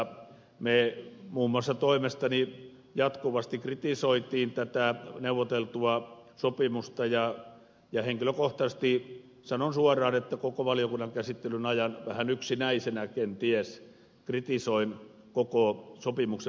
me muun muassa toimestani jatkuvasti kritisoimme tätä neuvoteltua sopimusta ja henkilökohtaisesti sanon suoraan että koko valiokunnan käsittelyn ajan vähän yksinäisenä kenties kritisoin koko sopimuksen mielekkyyttä